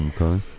Okay